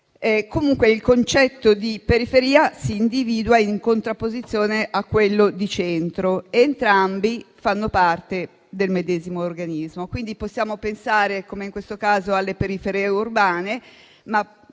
Comunque, il concetto di periferia si individua in contrapposizione a quello di centro. Entrambi fanno parte del medesimo organismo. Quindi possiamo pensare, come in questo caso, alle periferie urbane come